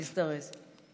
תזדרז.